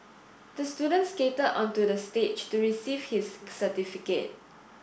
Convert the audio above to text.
the student skated onto the stage to receive his certificate